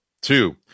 two